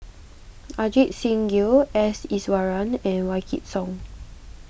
Ajit Singh Gill S Iswaran and Wykidd Song